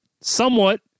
somewhat